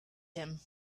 him